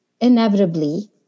inevitably